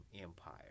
empire